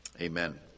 Amen